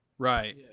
Right